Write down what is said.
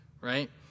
right